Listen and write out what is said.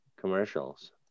commercials